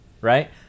right